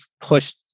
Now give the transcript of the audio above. pushed